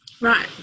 Right